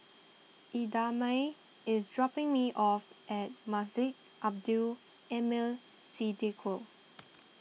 Idamae is dropping me off at Masjid Abdul Aleem Siddique